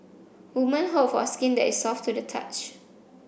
women hope for skin that is soft to the touch